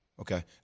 Okay